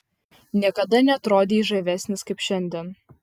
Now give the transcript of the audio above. niekada neatrodei žavesnis kaip šiandien